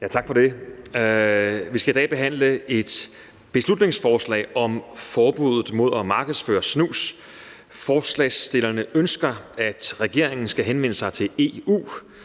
Tak for det. Vi skal i dag behandle et beslutningsforslag om forbuddet mod at markedsføre snus. Forslagsstillerne ønsker, at regeringen skal henvende sig til EU